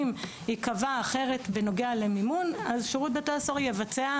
אם ייקבע אחרת בנוגע למימון שירות בתי הסוהר יבצע.